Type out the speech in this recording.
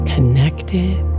connected